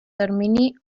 termini